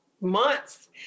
months